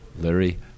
Larry